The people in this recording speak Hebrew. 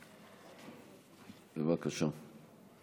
בבקשה.